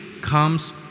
comes